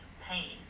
pain